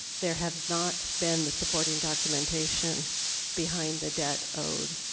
there have not been the supporting documentation behind the debt owed.